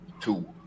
two